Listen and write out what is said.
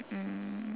um